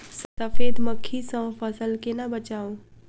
सफेद मक्खी सँ फसल केना बचाऊ?